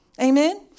Amen